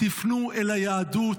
תפנו אל היהדות,